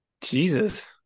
Jesus